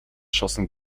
schossen